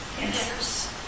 Yes